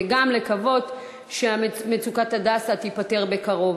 וגם לקוות שמצוקת "הדסה" תיפתר בקרוב.